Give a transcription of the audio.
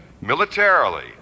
militarily